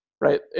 right